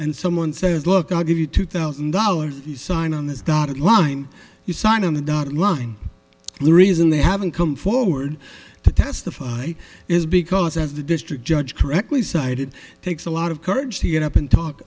and someone says look i'll give you two thousand dollars if you sign on this dotted line you sign on the dotted line and the reason they haven't come forward to testify is because as the district judge correctly cited takes a lot of courage to get up and talk